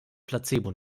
placebo